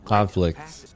Conflicts